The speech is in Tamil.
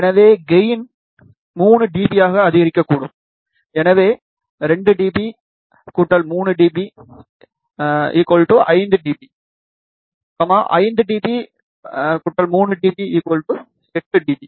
எனவே கெயின் 3 dB ஆக அதிகரிக்கக்கூடும் எனவே 2 dB 3 dB 5 dB 5 dB 3 dB 8 dB